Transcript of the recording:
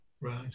right